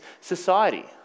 society